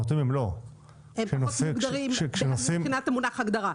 הם פחות מוגדרים מבחינת המונח הגדרה.